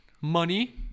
Money